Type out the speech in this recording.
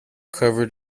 covered